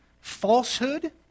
falsehood